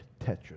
tetris